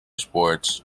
sports